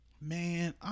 Man